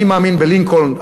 אני מאמין בלינקולן,